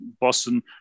Boston